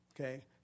okay